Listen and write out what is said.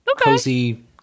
cozy